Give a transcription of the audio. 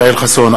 ישראל חסון,